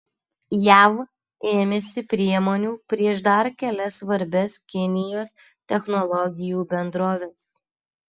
jav ėmėsi priemonių prieš dar kelias svarbias kinijos technologijų bendroves